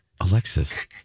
Alexis